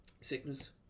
sickness